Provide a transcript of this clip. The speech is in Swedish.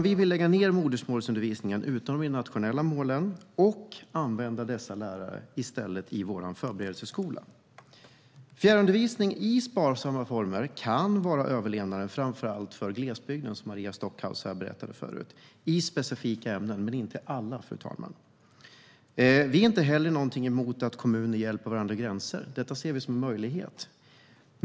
Vi vill lägga ned modersmålsundervisningen, utom när det gäller de nationella målen, och i stället använda dessa lärare i vår förberedelseskola. Fjärrundervisning i måttlig omfattning kan vara bra för framför allt glesbygden, som Maria Stockhaus här berättade förut, i specifika ämnen men inte i alla, fru talman. Vi har inte heller något emot att kommuner hjälper varandra över gränserna. Det ser vi som en möjlighet.